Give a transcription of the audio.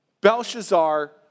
Belshazzar